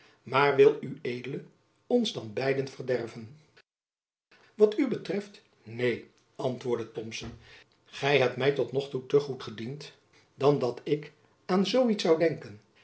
maar wil ued ons dan beiden verderven wat u betreft neen antwoordde thomson gy hebt my tot nog toe te goed gediend dan dat ik aan zoo iets zoû denken